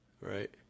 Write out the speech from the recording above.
Right